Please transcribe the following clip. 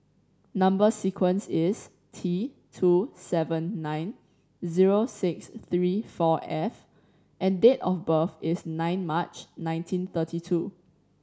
number sequence is T two seven nine zero six three four F and date of birth is nine March nineteen thirty two